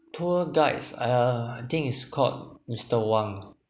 tour guides uh think it's called mr wang